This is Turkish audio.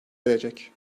erecek